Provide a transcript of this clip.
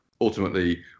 ultimately